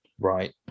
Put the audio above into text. Right